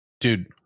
dude